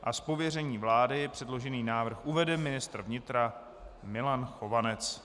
Z pověření vlády předložený návrh uvede ministr vnitra Milan Chovanec.